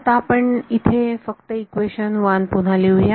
आता आपण इथे फक्त इक्वेशन 1 पुन्हा लिहुया